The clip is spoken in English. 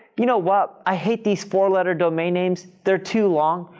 you know what? i hate these four letter domain names. they're too long.